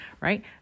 right